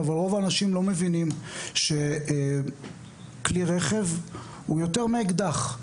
אבל רוב האנשים לא מבינים שכלי רכב הוא יותר מאקדח,